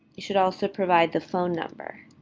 you should also provide the phone number.